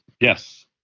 Yes